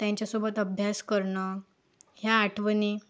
त्यांच्यासोबत अभ्यास करणं ह्या आठवणी